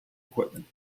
equipment